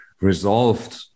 resolved